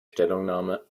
stellungnahme